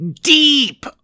deep